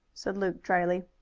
said luke dryly,